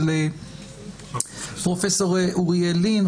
אוריאל לין,